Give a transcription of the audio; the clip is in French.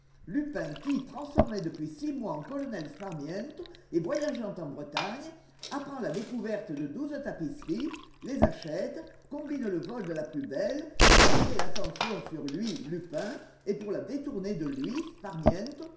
lupin qui transformé depuis six mois en colonel sparmiento et voyageant en bretagne apprend la découverte de douze tapisseries les achète combine le vol de la plus belle pour attirer l'attention sur lui lupin et pour la détourner de lui